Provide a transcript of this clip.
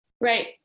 Right